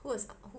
who's out